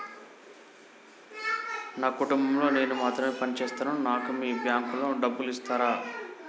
నా కుటుంబం లో నేను మాత్రమే పని చేస్తాను నాకు మీ బ్యాంకు లో డబ్బులు ఇస్తరా?